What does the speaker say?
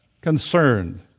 concerned